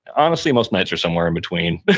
honestly, most nights are somewhere in between